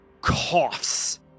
coughs